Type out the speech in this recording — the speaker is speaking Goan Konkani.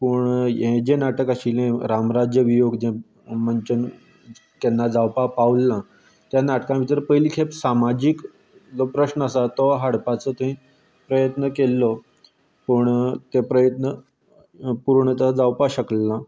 पूण हें जें नाटक आशिल्लें रामराज्य वियोग जें मंचार केन्ना जावपाक पावलें ना त्या नाटका भितर पयलीं खेप सामाजीक जो प्रश्न आसा तो हाडपाचो थंय प्रयत्न केल्लो पूण तें प्रयत्न पूर्णतह जावपाक शकलें ना